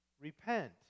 repent